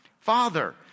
Father